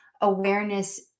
awareness